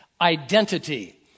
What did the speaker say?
identity